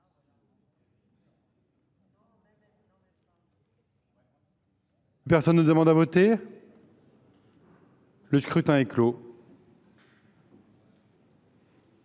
Personne ne demande plus à voter ?… Le scrutin est clos.